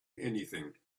anything